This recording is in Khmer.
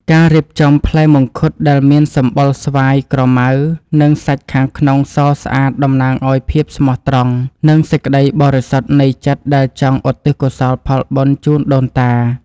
ការរៀបចំផ្លែមង្ឃុតដែលមានសម្បុរស្វាយក្រម៉ៅនិងសាច់ខាងក្នុងសស្អាតតំណាងឱ្យភាពស្មោះត្រង់ និង សេចក្តីបរិសុទ្ធនៃចិត្តដែលចង់ឧទ្ទិសកុសលផលបុណ្យជូនដូនតា។